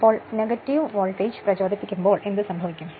അപ്പോൾ negative voltage പ്രചോദിപ്പിക്കുമ്പോൾ എന്ത് സംഭവിക്കും